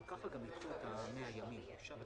הם חייבים להגדיל